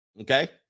Okay